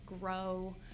grow